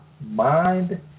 mind